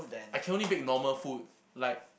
I can only bake normal food like